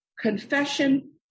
confession